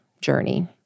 journey